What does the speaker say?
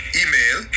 email